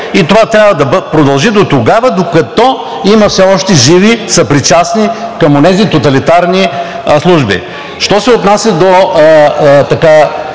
и това трябва да продължи дотогава, докато има все още живи, съпричастни към онези тоталитарни служби. Що се отнася до